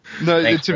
No